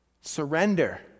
Surrender